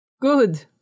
Good